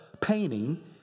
painting